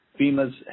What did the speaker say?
FEMA's